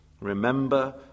Remember